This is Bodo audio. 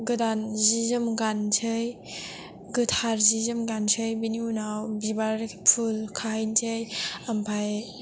गोदान जि जोम गानसै गोथार जि जोम गानसै बेनि उनाव बिबार फुल खाहैनोसै आमफाइ